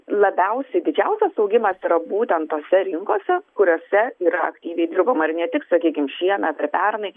labiausiai didžiausias augimas yra būtent tose rinkose kuriose yra aktyviai dirbama ir ne tik sakykim šiemet ar pernai